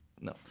No